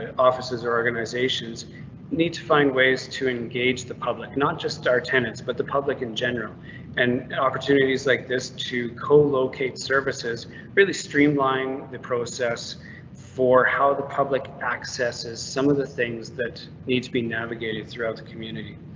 officers organisations need to find ways to engage the public, not just our tenants, but the public in general and opportunities like this to co locate services really streamline the process for how the public access is. some of the things that need to be navigated throughout the community.